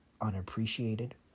unappreciated